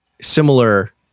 similar